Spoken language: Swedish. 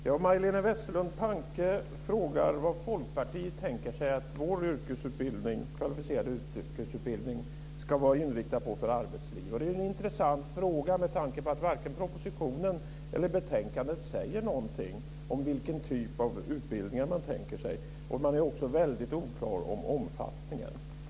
Herr talman! Majléne Westerlund Panke frågar vad vi i Folkpartiet tänker oss att vår kvalificerade yrkesutbildning ska vara inriktad på för yrkesliv. Det är en intressant fråga med tanke på att varken propositionen eller betänkandet säger någonting om vilken typ av utbildning man tänker sig. Man är också väldigt oklar om omfattningen.